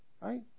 Right